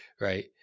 right